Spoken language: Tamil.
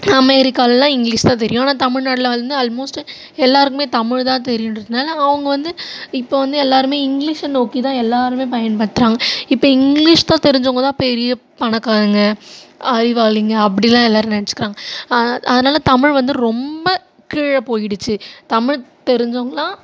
அமெரிக்காலெல்லாம் இங்கிலீஸ் தான் தெரியும் ஆனால் தமிழ்நாட்டில் வந்து அல்மோஸ்ட்டு எல்லாேருக்குமே தமிழ்தான் தெரியுங்றதுனால அவங்க வந்து இப்போ வந்து எல்லாேருமே இங்கிலீஷை நோக்கிதான் எல்லாேருமே பயன்படுத்துகிறாங்க இப்போ இங்கிலீஷ் தான் தெரிஞ்சவங்கதான் பெரிய பணக்காரங்கள் அறிவாளிங்க அப்படிலாம் எல்லாேரும் நினச்சிக்கிறாங்க அதனால் அதனால் தமிழ் வந்து ரொம்ப கீழே போயிடுச்சு தமிழ் தெரிஞ்சவங்களெல்லாம்